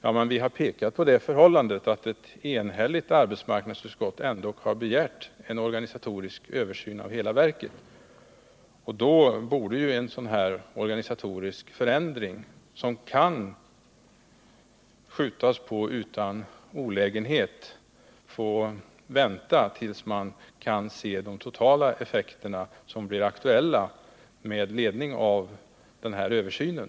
Ja, men vi har pekat på det förhållandet att ett enigt arbetsmarknadsutskott ändå har begärt en organisatorisk översyn av hela verket, och då borde ju en sådan här organisatorisk förändring, som man kan skjuta på utan olägenhet, få vänta tills man kan se de totala effekter som blir aktuella med ledning av översynen.